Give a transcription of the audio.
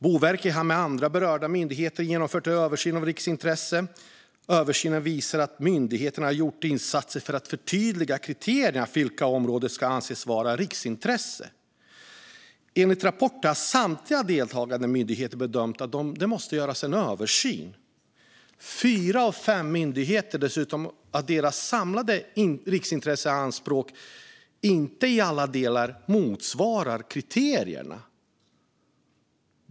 Boverket har med andra berörda myndigheter genomfört en översyn av riksintressena. Översynen visar att myndigheterna har gjort insatser för att förtydliga kriterierna för vilka områden som ska anses vara av riksintresse. Enligt rapporten har samtliga deltagande myndigheter bedömt att det måste göras en översyn. Fyra av fem myndigheter bedömer dessutom att deras samlade riksintresseanspråk inte i alla delar motsvarar kriterierna.